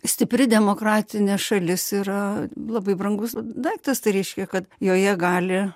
stipri demokratinė šalis yra labai brangus daiktas tai reiškia kad joje gali